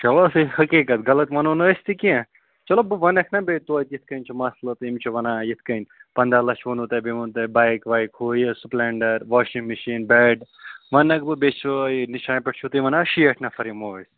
چلو سُہ چھُ حقیقت غلط وَنو نہٕ أسۍ تہِ کیٚنٛہہ چلو بہٕ ونَکھ نا بیٚیہِ تویتہِ یِتھ کٔنۍ چھِ مسلہٕ تہٕ یِم چھِ وَنان یِتھ کٔنۍ پنٛداہ لچھ ووٚنوٗ تۄہہِ بیٚیہِ ووٚن تۄہہِ بایِک وایِک ہُہ یہِ سُپلٮ۪نٛدر واشِنٛگ مِشیٖن بٮ۪ڈ وَنَکھ بہٕ بیٚیہِ چھُ یہِ نِشانہِ پٮ۪ٹھ چھُو تُہۍ وَنان شیٹھ نفر یِمو أسۍ